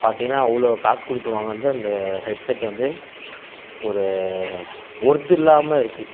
பார்த்தீன்கன்னா அவ்வளோ காசு கொடுத்து வாங்கினது அந்த ஹெட்செட்டு வந்து ஒரு ஒர்த்து இல்லாமல் இருக்குது